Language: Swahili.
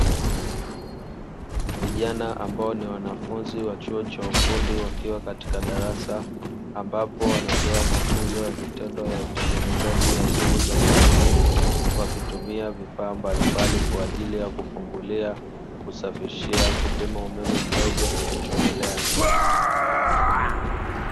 Vijana ambao ni wanafunzi wa chuo cha ufundi wakiwa katika darasa, ambapo wanapewa mafunzo ya vitendo ya utengenezaji wa simu za mikononi, wakitumia vifaa mbalimbali kwa ajili ya kufungulia, kusafishia, kupima umeme mdogo na kuchomelea.